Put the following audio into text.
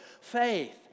faith